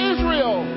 Israel